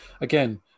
again